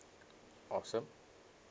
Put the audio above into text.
awesome